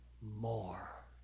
more